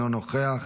אינו נוכח,